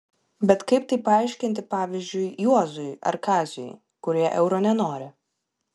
bet kaip tai paaiškinti pavyzdžiui juozui ar kaziui kurie euro nenori